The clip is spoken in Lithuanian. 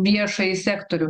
viešąjį sektorių